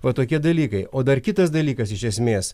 vat tokie dalykai o dar kitas dalykas iš esmės